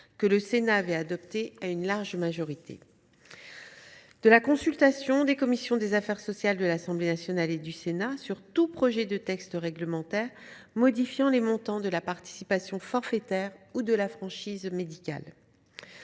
le Sénat avait voté à une large majorité. Ensuite, nous nous réjouissons de la consultation des commissions des affaires sociales de l’Assemblée nationale et du Sénat sur tout projet de texte réglementaire modifiant les montants de la participation forfaitaire ou de la franchise médicale.